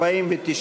49